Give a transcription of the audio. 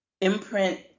imprint